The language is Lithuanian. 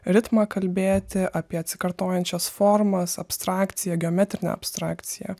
ritmą kalbėti apie atsikartojančias formas abstrakcija geometrinė abstrakcija